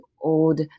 old